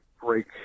break